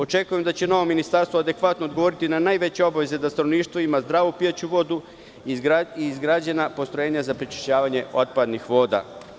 Očekujem da će novo ministarstvo adekvatno odgovoriti na najveće obaveze, da stanovništvo ima zdravu pijaću vodu i izgrađena postrojenja za prečišćavanje otpadnih voda.